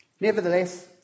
Nevertheless